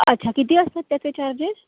अच्छा किती असतात त्याचे चार्जेस